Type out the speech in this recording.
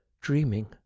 dreaming